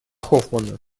хоффмана